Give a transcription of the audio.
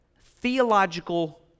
theological